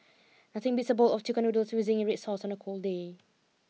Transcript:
nothing beats a bowl of chicken noodles with zingy red sauce on a cold day